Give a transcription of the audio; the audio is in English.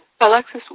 Alexis